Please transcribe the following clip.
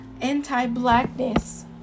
anti-blackness